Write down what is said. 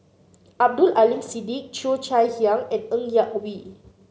Abdul Aleem Siddique Cheo Chai Hiang and Ng Yak Whee